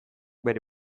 bere